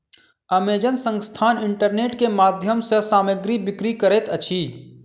Amazon संस्थान internet के माध्यम सॅ सामग्री बिक्री करैत अछि